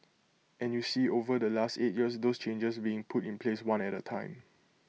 and you see over the last eight years those changes being put in place one at A time